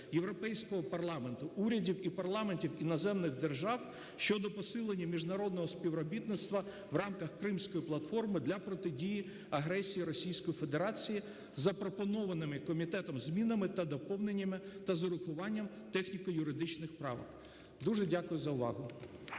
Європейського Парламенту, урядів і парламентів іноземних держав щодо посилення міжнародного співробітництва в рамках Кримської платформи для протидії агресії Російської Федерації із запропонованими комітетом змінами та доповненнями та з урахуванням техніко-юридичних правок. Дуже дякую за увагу.